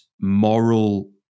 moral